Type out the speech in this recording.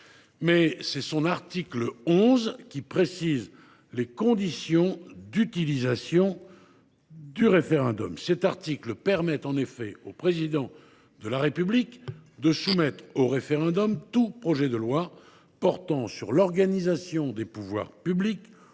Mais c’est son article 11 qui précise les conditions d’utilisation du référendum. Cet article permettait en effet au Président de la République, dans sa rédaction première, de « soumettre au référendum tout projet de loi portant sur l’organisation des pouvoirs publics